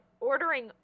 ordering